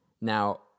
Now